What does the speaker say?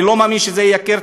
ואני לא מאמין שזה ייקר,